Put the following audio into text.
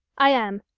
i am.